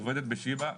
עובדת בשיבא,